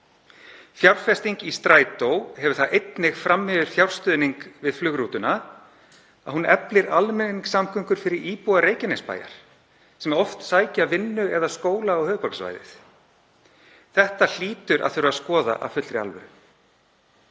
Fjárfesting í Strætó hefur það einnig fram yfir fjárstuðning við flugrútuna að hún eflir almenningssamgöngur fyrir íbúa Reykjanesbæjar sem oft sækja vinnu eða skóla á höfuðborgarsvæðið. Þetta hlýtur að þurfa að skoða af fullri alvöru.